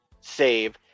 save